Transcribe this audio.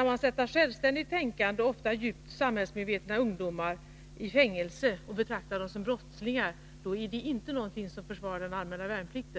Om man sätter självständigt tänkande och ofta djupt samhällsmedvetna ungdomar i fängelse och betraktar dem som brottslingar, är det inte någonting som försvarar den allmänna värnplikten.